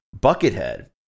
Buckethead